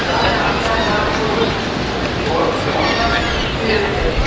তাহলে আপনি এক কাজ করুন অন্য অন্য একটা মিস্ত্রি দেখে নিন